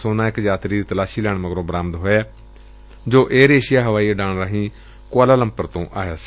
ਸੋਨਾ ਇਕ ਯਾਤਰੀ ਦੀ ਤਲਾਸ਼ੀ ਲੈਣ ਮਗਰੋਂ ਬਰਾਮਦ ਹੋਇਐ ਜੋ ਏਅਰ ਏਸ਼ੀਆ ਹਵਾਈ ਉਡਾਣ ਰਾਹੀਂ ਕੁਆਲਾਲੰਪਰ ਤੋਂ ਆਇਆ ਸੀ